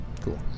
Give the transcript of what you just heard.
Cool